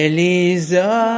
Elisa